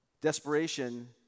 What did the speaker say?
Desperation